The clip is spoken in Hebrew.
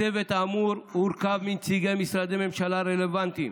הצוות האמור הורכב מנציגי משרדי ממשלה רלוונטיים,